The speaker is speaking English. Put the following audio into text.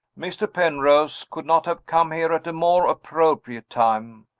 mr. penrose could not have come here at a more appropriate time.